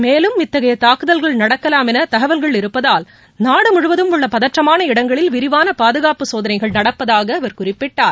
மேலும் இத்தகைய தாக்குதல்கள் நடக்கலாம் என தகவல்கள் இருப்பதால் நாடு முழுவதும் உள்ள பதற்றமான இடங்களில் விரிவான பாதுகாப்பு சோதனைகள் நடப்பதாக அவர் குறிப்பிட்டார்